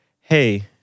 hey